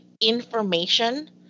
information